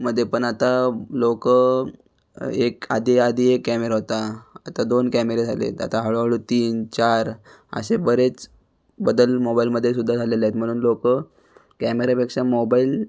मध्ये पण आता लोक एक आधी आधी एक कॅमेरा होता आता दोन कॅमेरे झालेत आता हळूहळू तीन चार असे बरेच बदल मोबाईलमध्ये सुद्दा झालेले आहेत म्हणून लोक कॅमेऱ्यापेक्षा मोबाईल